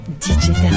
DJ